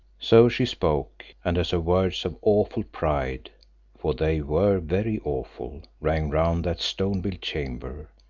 so she spoke, and as her words of awful pride for they were very awful rang round that stone-built chamber,